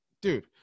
Dude